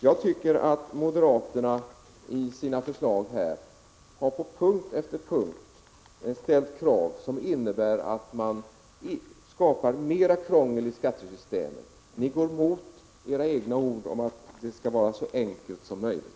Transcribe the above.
Jag tycker att moderaterna i sina förslag på punkt efter punkt har ställt krav som innebär att man skapar mer krångel i skattesystemet. Ni går emot era egna ord om att skattesystemet skall vara så enkelt som möjligt.